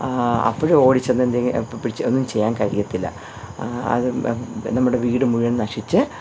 അപ്പോൾ ഓടിച്ചെന്ന് എന്തെ പ്പ പിടിച്ച് ഒന്നും ചെയ്യാൻ കഴിയില്ല അത് നമ്മുടെ വീട് മുഴുവൻ നശിച്ച്